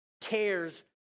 cares